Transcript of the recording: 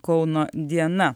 kauno diena